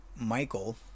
Michael